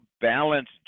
balance